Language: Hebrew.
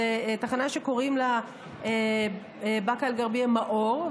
זאת תחנה שקוראים לה באקה אל-גרבייה מאור,